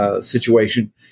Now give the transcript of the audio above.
situation